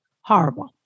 Horrible